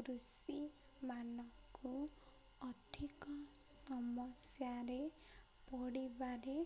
କୃଷିମାନଙ୍କୁ ଅଧିକ ସମସ୍ୟାରେ ପଡ଼ିବାରେ